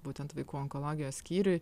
būtent vaikų onkologijos skyriuj